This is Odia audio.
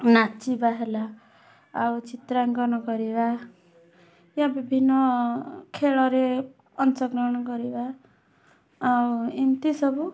ନାଚିବା ହେଲା ଆଉ ଚିତ୍ରାଙ୍କନ କରିବା ବିଭିନ୍ନ ଖେଳରେ ଅଂଶଗ୍ରହଣ କରିବା ଆଉ ଏମିତି ସବୁ